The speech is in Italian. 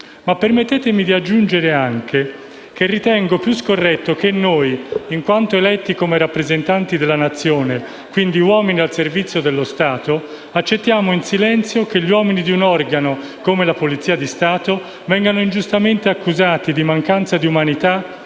Permettetemi però di aggiungere che ritengo più scorretto che noi, in quanto eletti come rappresentanti della Nazione, quindi uomini al servizio dello Stato, accettiamo in silenzio che gli uomini di un organo come la Polizia di Stato vengano ingiustamente accusati di mancanza di umanità